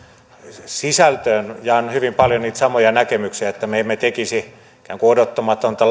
sisältöön jaan hyvin paljon niitä samoja näkemyksiä että me emme tekisi ikään kuin odottamatonta